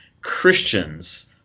Christians